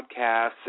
podcasts